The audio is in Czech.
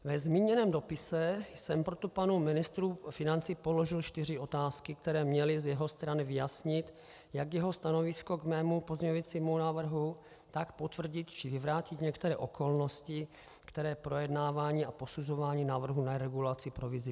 Ve zmíněném dopise jsem proto panu ministru financí položil čtyři otázky, které měly z jeho strany vyjasnit jak jeho stanovisko k mému pozměňovacímu návrhu, tak potvrdit či vyvrátit některé okolnosti, které projednávání a posuzování návrhu na regulaci provizí provázejí.